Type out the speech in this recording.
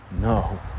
No